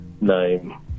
name